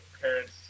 parents